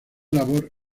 labor